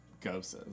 ghosts